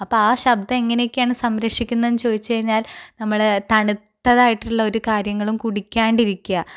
അപ്പോൾ ആ ശബ്ദം എങ്ങനെയെക്കെയാണ് സംരക്ഷിക്കുന്നത് എന്ന് ചോദിച്ചു കഴിഞ്ഞാൽ നമ്മൾ തണുത്തതായിട്ടുള്ള ഒരു കാര്യങ്ങളും കുടിക്കാണ്ടിരിക്കാം